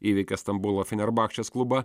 įveikė stambulo fenerbakčės klubą